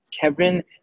Kevin